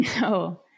No